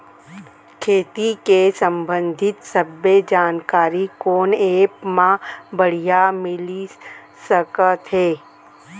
खेती के संबंधित सब्बे जानकारी कोन एप मा बढ़िया मिलिस सकत हे?